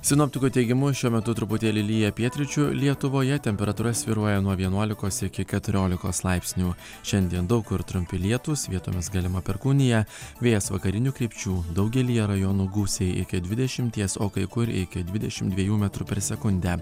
sinoptikų teigimu šiuo metu truputėlį lyja pietryčių lietuvoje temperatūra svyruoja nuo vienuolikos iki keturiolikos laipsnių šiandien daug kur trumpi lietūs vietomis galima perkūnija vėjas vakarinių krypčių daugelyje rajonų gūsiai iki dvidešimties o kai kur iki dvidešimt dviejų metrų per sekundę